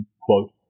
quote